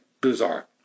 bizarre